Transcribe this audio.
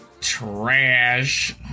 Trash